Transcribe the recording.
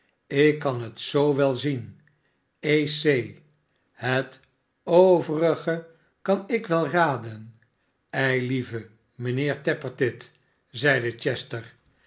ik kan het zoo wel zien e c het overige kan ik wel raden eilieve mijnheer tappertit zeide chester